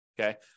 Okay